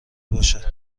باشد